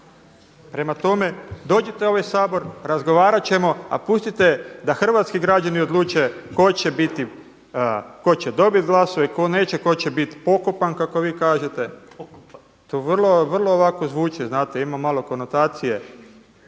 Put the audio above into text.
Prema tome, dođite u ovaj Sabor, razgovarat ćemo, a pustite da hrvatski građani odluče tko će biti, tko će dobit glasove, tko neće, tko će bit pokopan kako vi kažete. To je vrlo ovako zvuči, znate ima malo konotacije